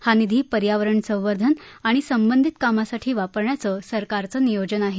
हा निधी पर्यावरण संवर्धन आणि संवंधित कामांसाठी वापरण्याचे सरकारचे नियोजन आहे